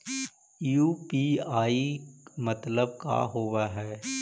UPI मतलब का होब हइ?